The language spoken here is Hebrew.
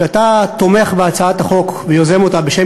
שאתה תומך בהצעת החוק ויוזם אותה בשם